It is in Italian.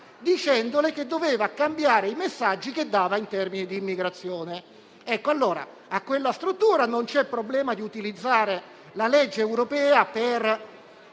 dicendole che doveva cambiare i messaggi che dava in tema di immigrazione. Per quella struttura non c'è stato alcun problema ad utilizzare la legge europea per